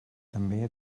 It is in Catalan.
també